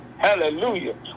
Hallelujah